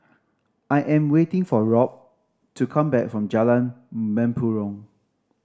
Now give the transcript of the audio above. I am waiting for Rob to come back from Jalan Mempurong